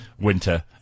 winter